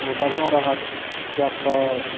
ओ बढ़िआँ रहत किएक तऽ